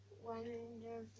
wonderful